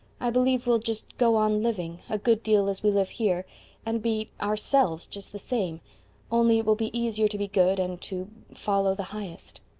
i believe we'll just go on living, a good deal as we live here and be ourselves just the same only it will be easier to be good and to follow the highest.